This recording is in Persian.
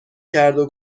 کردو